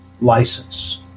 license